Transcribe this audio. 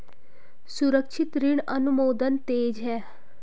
सुरक्षित ऋण अनुमोदन तेज है